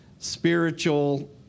Spiritual